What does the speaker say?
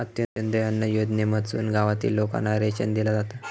अंत्योदय अन्न योजनेमधसून गावातील लोकांना रेशन दिला जाता